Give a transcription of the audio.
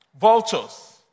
vultures